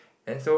then so